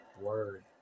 Word